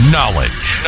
Knowledge